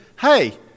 Hey